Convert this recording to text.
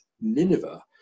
Nineveh